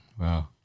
Wow